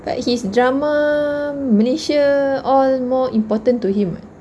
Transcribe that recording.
but he's drama malaysia all more important to him [what]